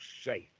safe